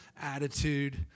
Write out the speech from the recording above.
attitude